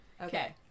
Okay